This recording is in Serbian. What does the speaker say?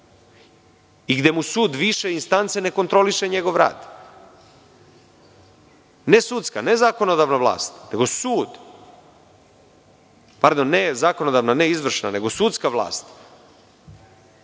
gde mu sud više instance ne kontroliše njegov rad. Ne sudska, ne zakonodavna vlast, nego sud. Pardon, ne zakonodavna, ne izvršna, nego sudska vlast